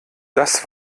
das